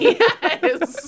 yes